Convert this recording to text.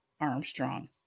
Armstrong